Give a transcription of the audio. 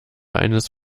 eines